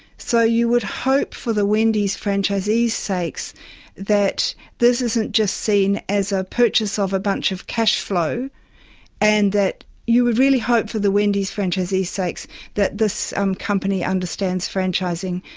so you would hope for the wendy's franchisees' sakes that this isn't just seen as a purchase of a bunch of cash flow and that you would really hope for the wendy's franchisees' sakes that this um company understands franchising.